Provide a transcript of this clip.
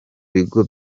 bigo